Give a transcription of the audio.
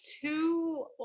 two